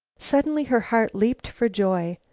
suddenly her heart leaped for joy.